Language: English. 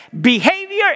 behavior